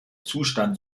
zustand